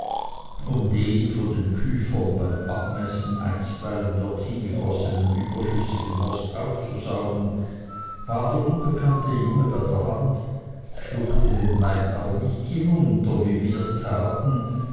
um den von den küfern beim abmessen einstweilen dorthin gegossenen überschüssigen most aufzusaugen war der unbekannte junge bei der hand schluckte den wein aber nicht hinunter wie wir taten